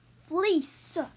Fleece